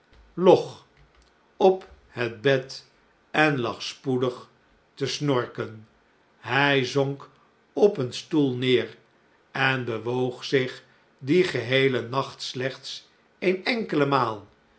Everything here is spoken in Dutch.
handen verhet bed en lag spoedig te snorken hij zonk op een stoel neer en bewoog zich dien geheelen nacht slechts eene enkele maal